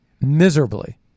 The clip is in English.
miserably